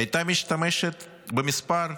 היא הייתה משתמשת במספר אפס.